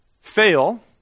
fail